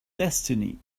destiny